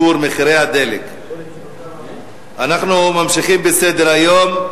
אנחנו ממשיכים בסדר-היום: